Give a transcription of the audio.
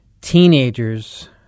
teenagers